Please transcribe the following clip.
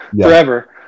forever